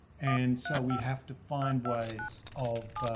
and so we have to find ways of,